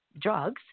drugs